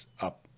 up